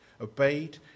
obeyed